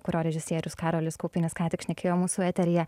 kurio režisierius karolis kaupinis ką tik šnekėjo mūsų eteryje